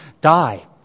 die